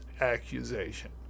accusation